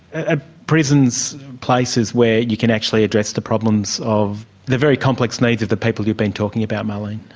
ah prisons places where you can actually address the problems of the very complex needs of the people you've been talking about, marlene?